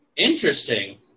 Interesting